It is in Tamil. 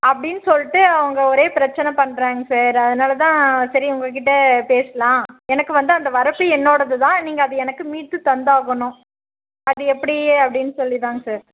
அப்படின்னு சொல்லிட்டு அவங்க ஒரே பிரச்சனை பண்ணுறாங்க சார் அதனால் தான் சரி உங்கக்கிட்ட பேசலாம் எனக்கு வந்து அந்த வரப்பு என்னோடது தான் நீங்கள் அதை எனக்கு மீட்டு தந்தாகணும் அது எப்படி அப்படின்னு சொல்லி தான் சார்